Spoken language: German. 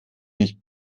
nicht